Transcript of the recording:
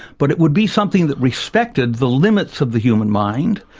but it would be something that respected the limits of the human mind.